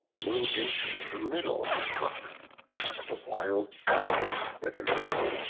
moved into the middle of the trunk and a wild sow, with her young,